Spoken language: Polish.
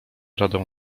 radę